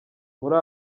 muri